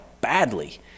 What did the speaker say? badly